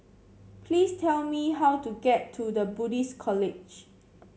please tell me how to get to The Buddhist College